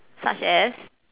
such as